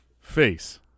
Face